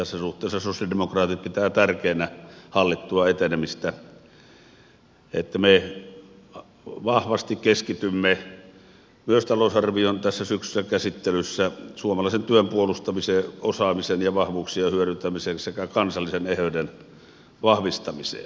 tässä suhteessa sosialidemokraatit pitää tärkeänä hallittua etenemistä sitä että me vahvasti keskitymme myös talousarvion tässä syksyisessä käsittelyssä suomalaisen työn puolustamiseen osaamisen ja vahvuuksien hyödyntämiseen sekä kansallisen eheyden vahvistamiseen